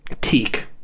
Teak